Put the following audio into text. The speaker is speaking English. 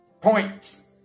points